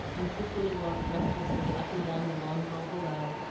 and cicely walked restlessly up and down the long hall below,